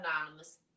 anonymous